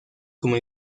como